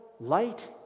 light